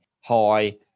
high